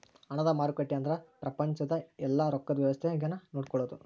ಹಣದ ಮಾರುಕಟ್ಟೆ ಅಂದ್ರ ಪ್ರಪಂಚದ ಯೆಲ್ಲ ರೊಕ್ಕದ್ ವ್ಯವಸ್ತೆ ನ ನೋಡ್ಕೊಳೋದು